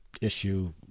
issue